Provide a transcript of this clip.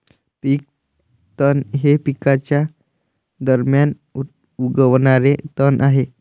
पीक तण हे पिकांच्या दरम्यान उगवणारे तण आहे